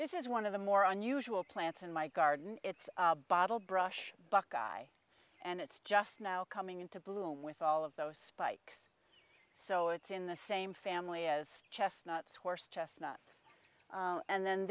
this is one of the more unusual plants in my garden it's bottlebrush buckeye and it's just now coming into bloom with all of those spikes so it's in the same family as chestnut horse chestnut and then